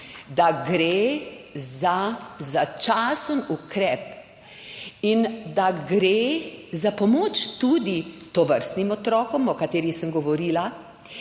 da gre za začasen ukrep in da gre za pomoč tudi tovrstnim otrokom, o katerih sem govorila,